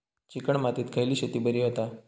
Chicken मातीत खयली शेती बरी होता?